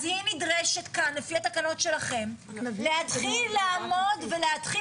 אז היא נדרשת כאן לפי התקנות שלכם להתחיל לעמוד ולהתחיל